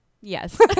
Yes